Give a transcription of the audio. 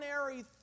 ordinary